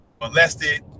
molested